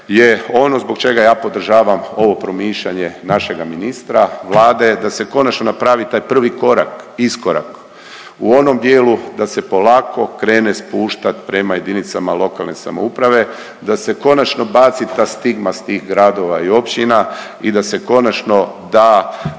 je ono zbog čega ja podržavam ovo promišljanje našega ministra, Vlade da se konačno napravi taj prvi korak, iskorak u onom dijelu da se polako krene spuštat prema jedinicama lokalne samouprave, da se konačno baci ta stigma s tih gradova i općina i da se konačno da,